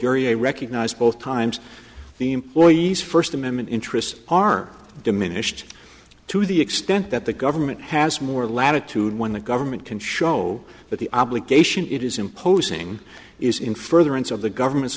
a recognized both times the employees first amendment interests are diminished to the extent that the government has more latitude when the government can show that the obligation it is imposing is in furtherance of the government's